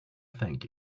thank